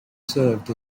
served